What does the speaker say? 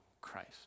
Christ